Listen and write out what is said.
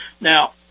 Now